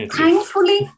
Thankfully